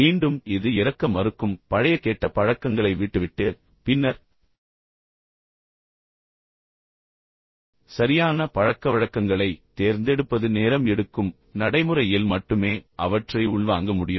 மீண்டும் இது இறக்க மறுக்கும் பழைய கெட்ட பழக்கங்களை விட்டுவிட்டு பின்னர் சரியான பழக்கவழக்கங்களைத் தேர்ந்தெடுப்பது நேரம் எடுக்கும் நடைமுறையில் மட்டுமே அவற்றை உள்வாங்க முடியும்